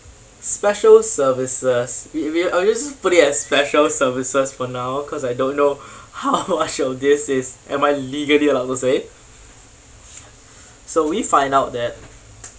special services we we I'll just put as special services for now cause I don't know how much of this is am I legally allowed to say so we find out that